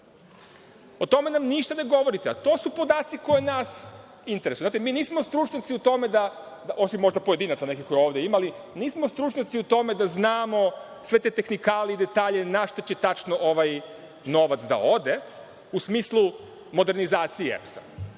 tome nam ništa ne govorite, a to su podaci koji nas interesuju. Mi nismo stručnjaci u tome, osim možda nekih ovde pojedinaca, ali nismo stručnjaci u tome da znamo sve te tehnikalije, detalje i na šta će tačno ovaj novac da ode u smislu modernizacije EPS-a.